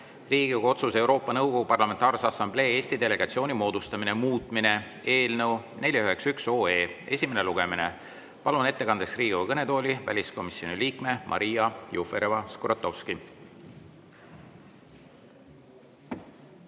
"Riigikogu otsuse "Euroopa Nõukogu Parlamentaarse Assamblee Eesti delegatsiooni moodustamine" muutmine" eelnõu 491 esimene lugemine. Palun ettekandeks Riigikogu kõnetooli väliskomisjoni liikme Maria Jufereva-Skuratovski.